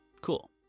Cool